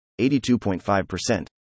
82.5%